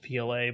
PLA